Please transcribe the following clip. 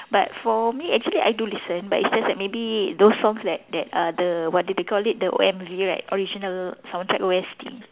but for me actually I do listen but it's just that maybe those songs that that are the what do they call it the O M_V right original soundtrack O_S_T